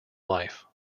life